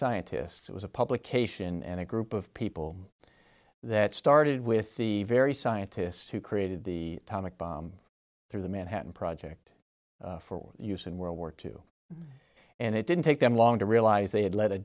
scientists it was a publication and a group of people that started with the very scientists who created the tonic bomb through the manhattan project for use in world war two and it didn't take them long to realize they had let a